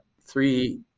three